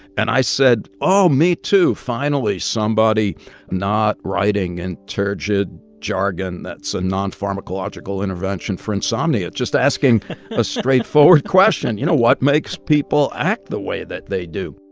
and i said, oh, me, too. finally somebody not writing in turgid jargon that's a non-pharmacological intervention for insomnia just asking a straightforward question you know, what makes people act the way that they do?